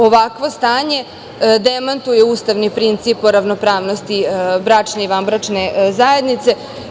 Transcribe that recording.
Ovakvo stanje demantuje ustavni princip o ravnopravnosti bračne i vanbračne zajednice.